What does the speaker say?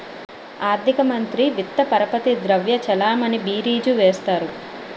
ఆర్థిక మంత్రి విత్త పరపతి ద్రవ్య చలామణి బీరీజు వేస్తారు